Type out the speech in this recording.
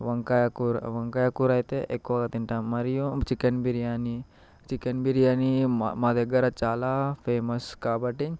వంకాయ కూర వంకాయ కూర అయితే ఎక్కువగా తింటాము మరియు చికెన్ బిర్యానీ చికెన్ బిర్యానీ మా మా దగ్గర చాలా ఫేమస్ కాబట్టి